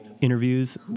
interviews